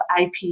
IP